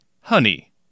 Honey